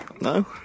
No